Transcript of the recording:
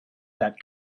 that